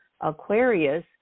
Aquarius